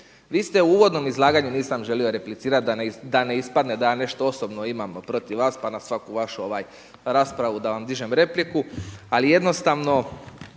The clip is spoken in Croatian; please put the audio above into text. Vi ste u uvodnom izlaganju, nisam želio replicirati da ne ispadne da ja nešto osobno imam protiv vas pa na svaku vašu raspravu da vam dižem repliku. Ali jednostavno